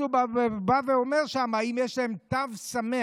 אז הוא בא ואומר שם: האם יש להם תו שמח,